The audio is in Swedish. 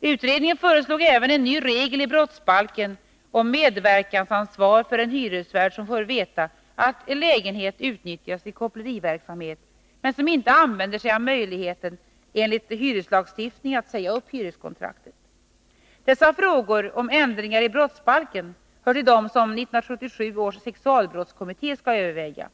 Utredningen föreslog även en ny regel i brottsbalken om medverkandeansvar för en hyresvärd som får veta att en lägenhet utnyttjas i koppleriverksamhet, men som inte använder sig av möjligheten enligt hyreslagstiftningen att säga upp hyreskontraktet. Dessa frågor om ändringar i brottsbal ken hör till dem som 1977 års sexualbrottskommitté skall överväga.